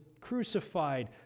crucified